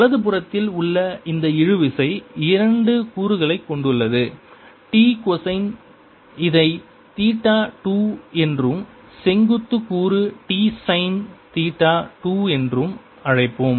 வலது புறத்தில் உள்ள இந்த இழுவிசை இரண்டு கூறுகளைக் கொண்டுள்ளது T கொசைன் இதை தீட்டா 2 என்றும் செங்குத்து கூறு T சைன் தீட்டா 2 என்றும் அழைப்போம்